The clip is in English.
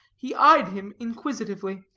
he eyed him inquisitively,